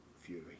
Fury